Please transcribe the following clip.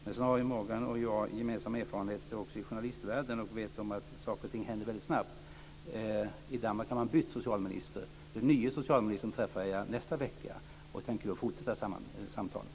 Nu har Morgan Johansson och jag gemensam erfarenhet också av journalistvärlden och vet om att saker och ting händer väldigt snabbt. I Danmark har man bytt socialminister. Den nye socialministern träffar jag nästa vecka och tänker då fortsätta samtalen.